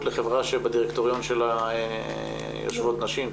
לחברה שבדירקטוריון שלה יושבות נשים,